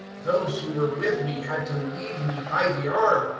those who were with me had to lead me by the arm,